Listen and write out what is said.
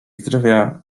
zdrowia